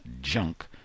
junk